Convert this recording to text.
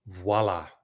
Voila